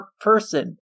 person